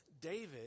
David